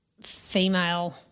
female